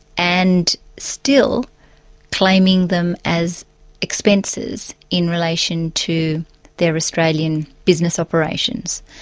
and still claiming them as expenses in relation to their australian business operations.